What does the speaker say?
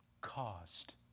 caused